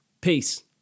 Peace